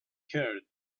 curd